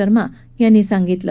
शर्मा यांनी सांगितलं